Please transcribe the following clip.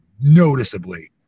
noticeably